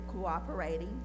cooperating